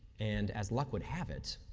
and as luck would have it,